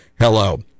hello